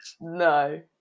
No